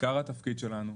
עיקר התפקיד שלנו,